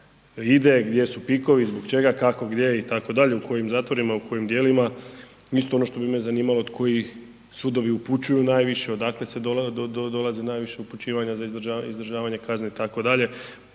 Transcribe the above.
ide, gdje su pikovi, zbog čega, kako gdje itd., u kojim zatvorima, u kojim djelima. Isto ono što bi me zanimalo, koji sudovi upućuju najviše, odakle se dolazi najviše upućivanje za izdržavanje kazne itd., da